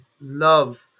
love